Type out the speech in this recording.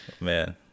man